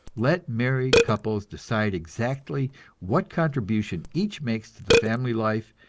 let married couples decide exactly what contribution each makes to the family life,